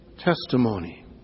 testimony